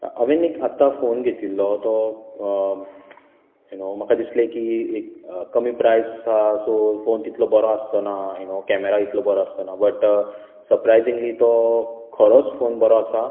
हांवे एक आतां फोन घेतिल्लो तो यु नॉ म्हाका दिसलें की एक कमी प्रायस आसा सो फोन तितलो बरो आसचोना यु नॉ कॅमरा इतलो बरो आसचोना बट सप्रायजिंगली तो खरोच फोन बरो आसा